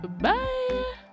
Bye